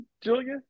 Julia